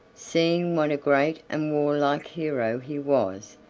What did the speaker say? seeing what a great and warlike hero he was,